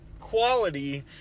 quality